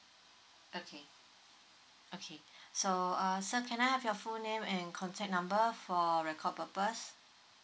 okay okay so uh so can I have your full name and contact number for record purpose